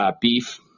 beef